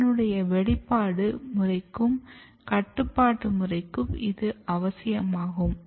அதனுடைய வெளிப்பாடு முறைக்கும் கட்டுப்பாட்டு முறைக்கும் இது அவசியமாகும்